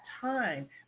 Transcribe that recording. time